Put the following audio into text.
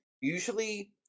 Usually